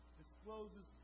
discloses